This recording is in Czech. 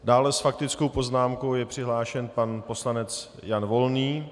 Dále s faktickou poznámkou je přihlášen pan poslanec Jan Volný.